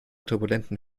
turbulenten